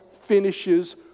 finishes